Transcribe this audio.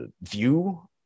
view